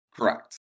Correct